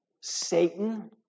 Satan